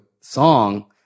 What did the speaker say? song